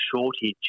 shortage